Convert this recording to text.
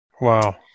Wow